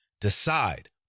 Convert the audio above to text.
decide